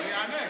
אני אענה.